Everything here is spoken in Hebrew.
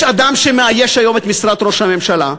יש בן-אדם שמאייש היום את משרת ראש הממשלה,